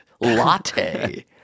latte